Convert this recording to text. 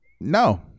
No